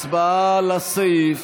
הצבעה על הסעיף.